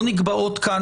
לא נקבעות כאן,